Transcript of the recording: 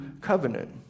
covenant